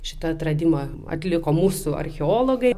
šitą atradimą atliko mūsų archeologai